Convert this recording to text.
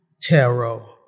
tarot